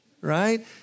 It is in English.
Right